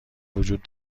وجود